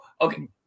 okay